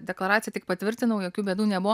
deklaraciją tik patvirtinau jokių bėdų nebuvo